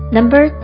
Number